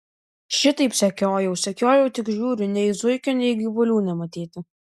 šitaip sekiojau sekiojau tik žiūriu nei zuikio nei gyvulių nematyti